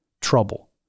Trouble